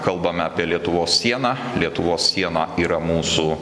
kalbame apie lietuvos sieną lietuvos siena yra mūsų